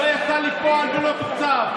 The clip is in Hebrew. זה לא יצא לפועל ולא תוקצב.